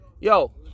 Yo